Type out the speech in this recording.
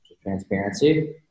transparency